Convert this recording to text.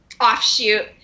offshoot